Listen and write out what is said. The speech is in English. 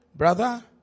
Brother